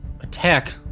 attack